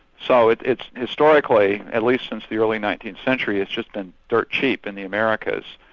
so it's it's historically, at least since the early nineteenth century, it's just been dirt cheap in the americas.